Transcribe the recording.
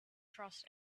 trust